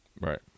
Right